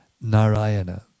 Narayana